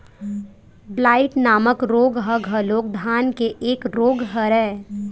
blight नामक रोग ह घलोक धान के एक रोग हरय